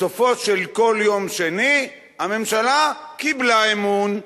בסופו של כל יום שני הממשלה קיבלה אמון.